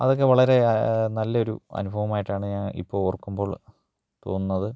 അതൊക്കെ വളരെ നല്ല ഒരു അനുഭവമായിട്ടാണ് ഞാന് ഇപ്പോൾ ഓര്ക്കുമ്പോള് തോന്നുന്നത്